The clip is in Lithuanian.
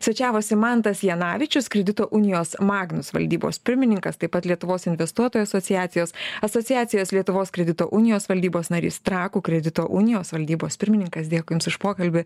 svečiavosi mantas janavičius kredito unijos magnus valdybos pirmininkas taip pat lietuvos investuotojų asociacijos asociacijos lietuvos kredito unijos valdybos narys trakų kredito unijos valdybos pirmininkas dėkui jums už pokalbį